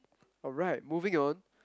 alright moving on